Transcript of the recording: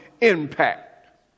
impact